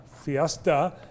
fiesta